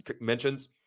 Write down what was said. mentions